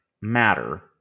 Matter